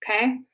okay